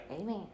Amen